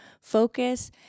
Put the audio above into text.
focus